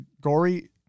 Gory